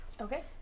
Okay